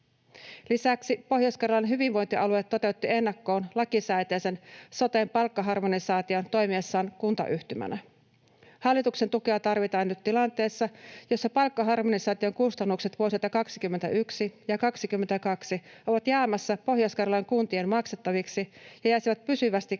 Lisäksi Pohjois-Karjalan hyvinvointialue toteutti ennakkoon lakisääteisen soten palkkaharmonisaation toimiessaan kuntayhtymänä. Hallituksen tukea tarvitaan nyt tilanteessa, jossa palkkaharmonisaation kustannukset vuosilta 21 ja 22 ovat jäämässä Pohjois-Karjalan kuntien maksettaviksi ja jäisivät pysyvästi kuntien